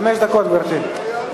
חמש דקות, גברתי.